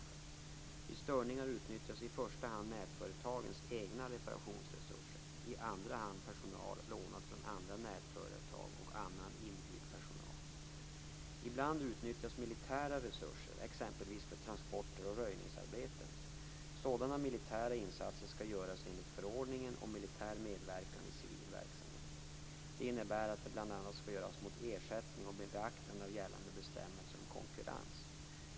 Vid störningar utnyttjas i första hand nätföretagens egna reparationsresurser, i andra hand personal lånad från andra nätföretag och annan inhyrd personal. Ibland utnyttjas militära resurser, exempelvis för transporter och röjningsarbeten. Sådana militära insatser skall göras enligt förordningen om militär medverkan i civil verksamhet. Det innebär att de bl.a. skall göras mot ersättning och med beaktande av gällande bestämmelser om konkurrens.